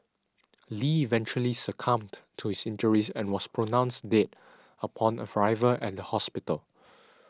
Lee eventually succumbed to his injuries and was pronounced dead upon arrival at the hospital